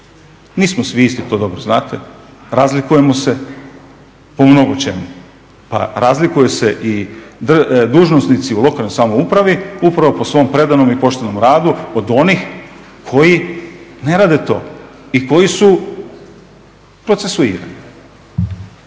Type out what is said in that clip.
Nismo svi isti to dobro znate, razlikujemo se u mnogo čemu, pa razlikuju se i dužnosnici u lokalnoj samoupravi upravo po svom predanom i poštenom radu od onih koji ne rade to i koji su procesuirani.